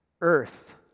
Earth